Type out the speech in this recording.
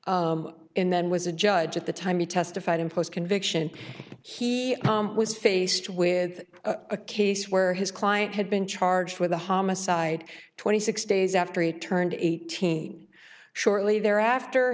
in then was a judge at the time he testified in post conviction he was faced with a case where his client had been charged with a homicide twenty six days after he turned eighteen shortly thereafter